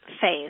phase